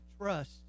trust